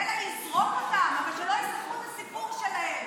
מילא לזרוק אותם, אבל שלא יספרו את הסיפור שלהם.